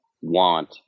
want